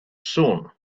soon